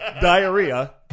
diarrhea